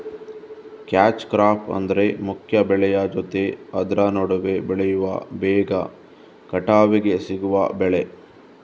catch crop ಅಂದ್ರೆ ಮುಖ್ಯ ಬೆಳೆಯ ಜೊತೆ ಆದ್ರ ನಡುವೆ ಬೆಳೆಯುವ ಬೇಗ ಕಟಾವಿಗೆ ಸಿಗುವ ಬೆಳೆ